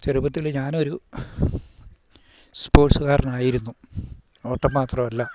ചെറുപ്പത്തില് ഞാനൊരു സ്പോർട്സ് കാരനായിരുന്നു ഓട്ടം മാത്രവല്ല